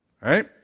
Right